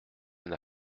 n’a